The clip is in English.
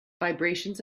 vibrations